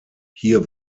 hier